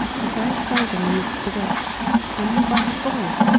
he very seldom used the whip i knew by his voice,